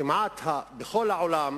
בכל העולם